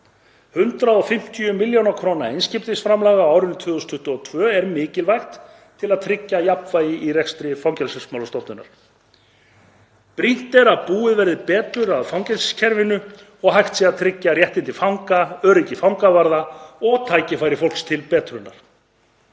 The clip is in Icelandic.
150 millj. kr. einskiptisframlag á árinu 2022 er mikilvægt til að tryggja jafnvægi í rekstri Fangelsismálastofnunar. Brýnt er að búið verði betur að fangelsiskerfinu svo hægt sé að tryggja réttindi fanga, öryggi fangavarða og tækifæri fólks til betrunar.